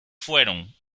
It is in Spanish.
fueron